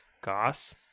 Goss